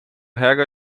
rega